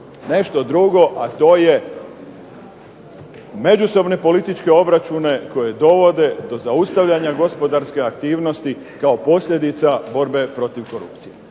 nešto drugo, a to je međusobne političke obračune koji dovode do zaustavljanja gospodarske aktivnosti kao posljedica borbe protiv korupcije.